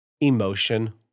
emotion